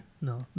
No